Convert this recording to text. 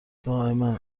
دائما